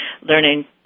Learning